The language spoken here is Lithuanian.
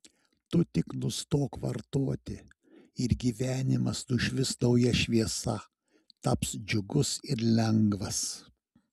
tu tik nustok vartoti ir gyvenimas nušvis nauja šviesa taps džiugus ir lengvas